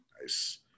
Nice